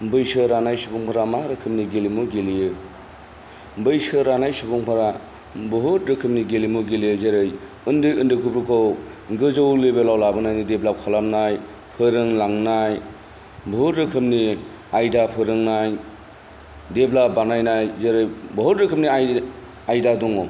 बैसो रानाय सुबुङा मा रोखोमनि गेलेमु गेलेयो बैसो रानाय सुबुंफोरा बहुद रोखोमनि गेलेमु गेलेयो जेरै उन्दै उन्दैफोरखौ गोजौ लेभेलाव लाबोनायनै डेभेलप खालामनाय फोरोंलांनाय बहुद रोखोमनि आयदा फोरोंनाय डेभेलप बानायनाय जेरै बहुद रोखोमनि आयदा दङ